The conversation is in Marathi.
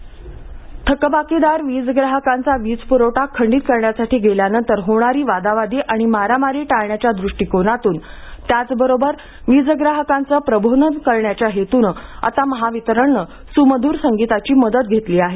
वीज थकबाकी थकबाकीदार वीज ग्राहकांचा वीज प्रवठा खंडित करण्यासाठी गेल्यानंतर होणारी वादावादी आणि मारामारी टाळण्याच्या दृष्टिकोनातून त्याचबरोबर वीज ग्राहकांचे प्रबोधन करण्याच्या हेतूनं आता महावितरणने सुमधु्र संगीताची मदत घेतली आहे